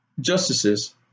justices